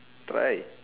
try